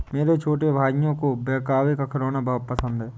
मेरे छोटे भाइयों को बैकहो का खिलौना बहुत पसंद है